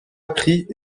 appris